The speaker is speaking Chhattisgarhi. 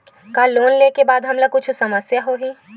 का लोन ले के बाद हमन ला कुछु समस्या होही?